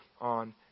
on